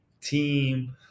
team